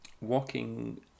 walking